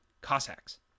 Cossacks